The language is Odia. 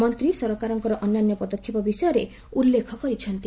ମନ୍ତ୍ରୀ ସରକାରଙ୍କର ଅନ୍ୟାନ୍ୟ ପଦକ୍ଷେପ ବିଷୟରେ ଉଲ୍ଲେଖ କରିଚ୍ଛନ୍ତି